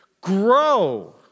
grow